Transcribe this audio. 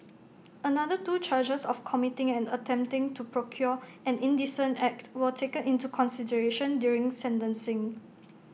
another two charges of committing and attempting to procure an indecent act were taken into consideration during sentencing